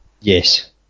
Yes